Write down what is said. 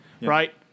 right